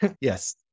Yes